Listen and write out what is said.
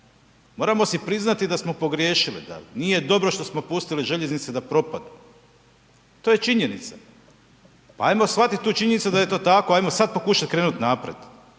Moramo si priznati da smo pogriješili, da nije dobro što smo pustili željeznice da propadnu. To je činjenica. Pa hajmo shvatiti tu činjenicu da je to tako, hajmo sad pokušati krenuti naprijed.